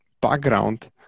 background